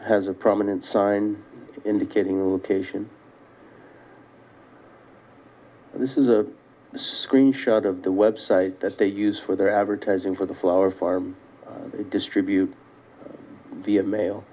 has a prominent sign indicating location this is a screenshot of the web site that they use for their advertising for the flower farm they distribute the ma